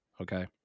okay